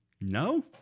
no